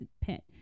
pet